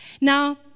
Now